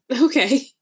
Okay